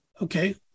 okay